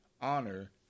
Honor